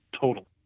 total